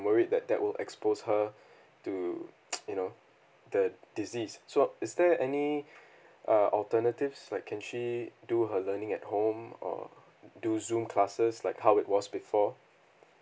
worried that that will expose her to you know the disease so is there any uh alternatives like can she do her learning at home or do zoom classes like how it was before